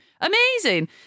Amazing